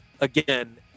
again